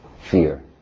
fear